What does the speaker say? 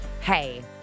hey